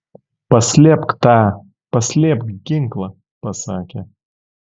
paslėpk tą paslėpk ginklą pasakė